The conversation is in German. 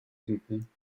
finden